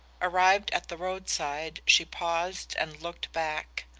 arrived at the roadside, she paused and looked back.